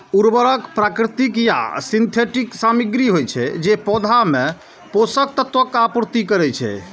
उर्वरक प्राकृतिक या सिंथेटिक सामग्री होइ छै, जे पौधा मे पोषक तत्वक आपूर्ति करै छै